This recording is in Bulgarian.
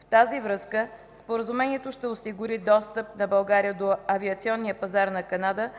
В тази връзка, споразумението ще осигури достъп на България до авиационния пазар на Канада